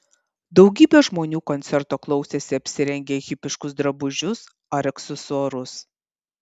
daugybė žmonių koncerto klausėsi apsirengę hipiškus drabužius ar aksesuarus